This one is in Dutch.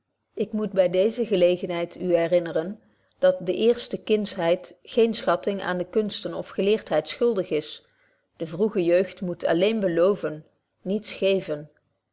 ik moet by deeze gelegenheid u herinneren dat de eerste kindschheid geene schatting aan de kunsten of geleerdheid schuldig is de vroege jeugd moet alleen beloven niets geven